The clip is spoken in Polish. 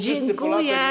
Dziękuję.